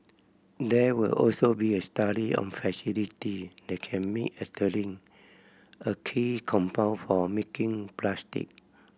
there will also be a study on facility that can make ethylene a key compound for making plastic